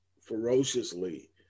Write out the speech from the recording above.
ferociously